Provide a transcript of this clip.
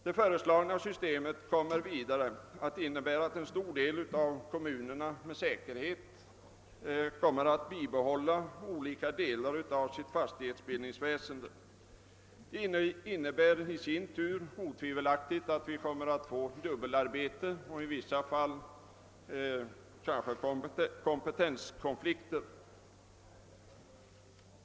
Det föreslagna systemet kommer vidare att innebära att en stor del av kommunerna med säkerhet ändå kommer att bibehålla olika delar av sitt fastighetsbildningsväsende. Detta innebär otvivelaktigt merkostnader i form av dubbelarbete och i vissa fall kanske också kompetenskonflikter.